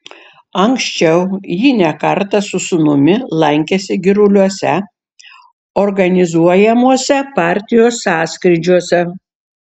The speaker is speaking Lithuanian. anksčiau ji ne kartą su sūnumi lankėsi giruliuose organizuojamuose partijos sąskrydžiuose